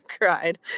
cried